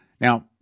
Now